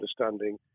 understanding